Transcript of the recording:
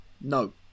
No